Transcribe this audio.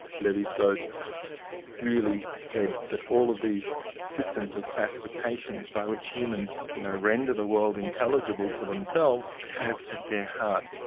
levi-strauss really said that all of these systems of classifications by which humans you know render the world intelligible to themselves, had at their heart